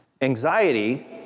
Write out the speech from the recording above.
anxiety